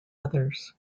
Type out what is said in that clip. others